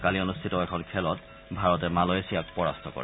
কালি অনুষ্ঠিত এখন খেলত ভাৰতে মালয়েছিয়াক পৰাস্ত কৰে